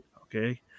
Okay